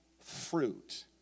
fruit